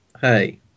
Hey